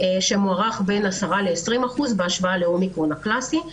שמוערך בין 10% ל-20% בהשוואה לאומיקרון הקלאסי.